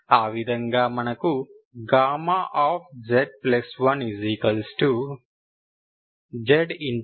ఆ విధంగా మనకు z1z Γzలభిస్తుంది